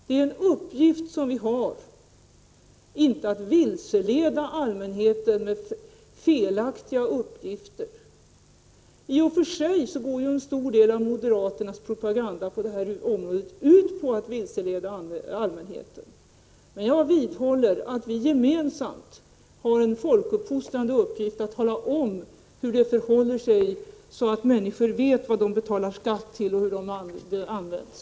Det är en viktig uppgift som vi har —-inte att vilseleda allmänheten med felaktiga uppgifter. I och för sig går en stor del av moderaternas propaganda på det här området ut på att vilseleda allmänheten. Men jag vidhåller att vi gemensamt har en folkfostrande uppgift. Därför skall vi tala om hur det förhåller sig, så att människor vet vad de betalar skatt till och hur dessa pengar används.